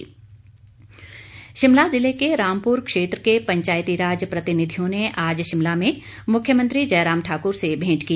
प्रतिनिधि मंडल शिमला जिले के रामपुर क्षेत्र के पंचायती राज प्रतिनिधियों ने आज शिमला में मुख्यमंत्री जयराम ठाक्र से भेंट की